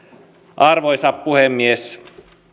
arvoisa puhemies